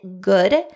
good